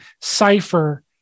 cipher